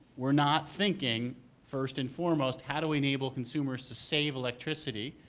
were not thinking first and foremost how do we enable consumers to save electricity.